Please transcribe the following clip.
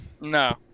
No